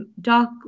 Doc